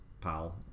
pal